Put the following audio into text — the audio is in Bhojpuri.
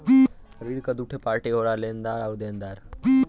ऋण क दूठे पार्टी होला लेनदार आउर देनदार